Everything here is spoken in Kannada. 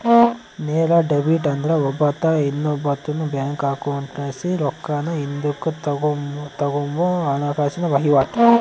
ನೇರ ಡೆಬಿಟ್ ಅಂದ್ರ ಒಬ್ಬಾತ ಇನ್ನೊಬ್ಬಾತುನ್ ಬ್ಯಾಂಕ್ ಅಕೌಂಟ್ಲಾಸಿ ರೊಕ್ಕಾನ ಹಿಂದುಕ್ ತಗಂಬೋ ಹಣಕಾಸಿನ ವಹಿವಾಟು